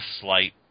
slight